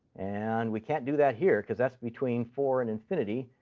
and we can't do that here because that's between four and infinity.